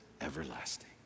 everlasting